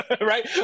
right